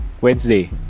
Wednesday